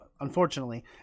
unfortunately